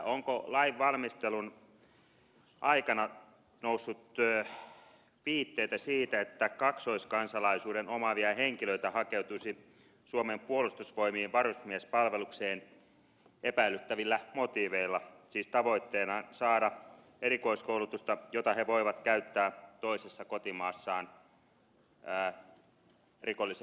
onko lain valmistelun aikana noussut viitteitä siitä että kaksoiskansalaisuuden omaavia henkilöitä hakeutuisi suomen puolustusvoimiin varusmiespalvelukseen epäilyttävillä motiiveilla siis tavoitteenaan saada erikoiskoulutusta jota he voivat käyttää toisessa kotimaassaan rikolliseen toimintaan